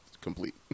complete